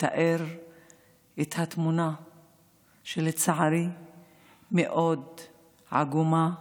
לתאר את התמונה שלצערי מאוד עגומה,